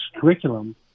curriculum